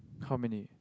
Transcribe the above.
how many